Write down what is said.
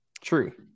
True